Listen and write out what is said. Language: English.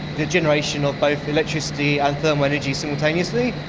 the generation of both the electricity and thermal energy simultaneously.